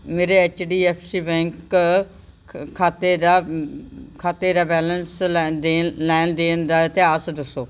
ਮੇਰੇ H D F C bank ਖ ਖਾਤੇ ਦਾ ਖਾਤੇ ਦਾ ਬੈਲੰਸ ਲੈਣ ਦੇਣ ਲੈਣ ਦੇਣ ਦਾ ਇਤਿਹਾਸ ਦੱਸੋ